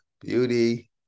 beauty